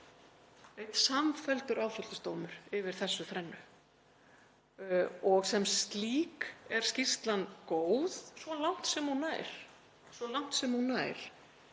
einn samfelldur áfellisdómur yfir þessu þrennu. Sem slík er skýrslan góð, svo langt sem hún nær.